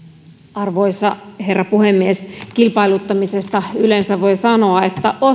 arvoisa herra puhemies kilpailuttamisesta yleensä voi sanoa että